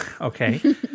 Okay